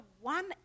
one